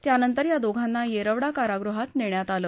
त्यानंतर या दोघांना येरवडा कारागृहात नेण्यात आलं